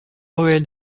ruelle